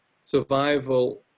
survival